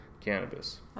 cannabis